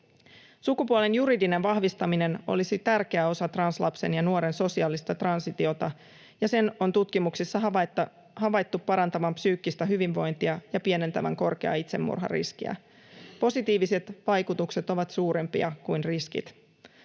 Sukupuolen juridinen vahvistaminen olisi tärkeä osa translapsen ja ‑nuoren sosiaalista transitiota, ja sen on tutkimuksissa havaittu parantavan psyykkistä hyvinvointia ja pienentävän korkeaa itsemurhariskiä. Positiiviset vaikutukset ovat suurempia kuin riskit.